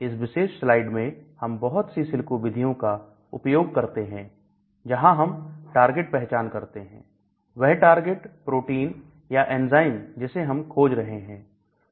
इस विशेष स्लाइड में हम बहुत सी सिलिको विधियों का उपयोग करते हैं जहां हम टारगेट पहचान करते हैं वह टारगेट प्रोटीन या एंजाइम जिसे हम खोज रहे हैं